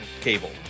cable